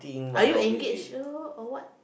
are you engaged or what